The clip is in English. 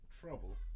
trouble